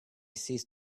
ceased